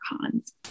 cons